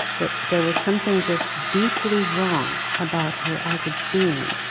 that there was something just deeply wrong about her as a being,